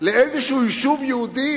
לדחות ליישוב יהודי